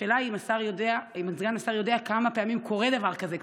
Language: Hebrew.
השאלה היא אם סגן השר יודע כמה פעמים קורה דבר כזה,